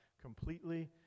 completely